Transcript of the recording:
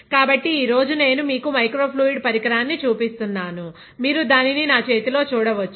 కాబట్టి ఈరోజు నేను మీకు మైక్రో ఫ్లూయిడ్ పరికరాన్ని చూపిస్తున్నానుమీరు దానిని నా చేతిలో చూడవచ్చు